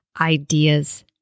ideas